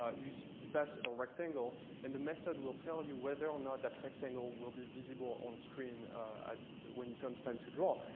ah you so you pass a rectangle and the method will tell you whether or not that rectangle will be visible on screen when it comes time to draw.